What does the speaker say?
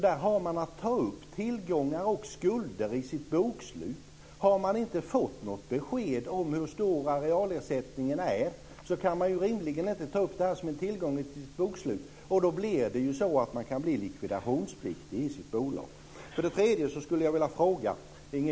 Där har man att ta upp tillgångar och skulder i sitt bokslut. Har man inte fått något besked om hur stor arealersättningen är kan man ju rimligen inte ta upp det här som en tillgång i sitt bokslut, och då kan man ju bli likvidationspliktig i sitt bolag.